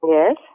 Yes